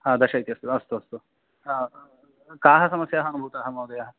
हा दश इति अस्ति वा अस्तु अस्तु हा काः समस्याः अनुभूताः महोदय